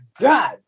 god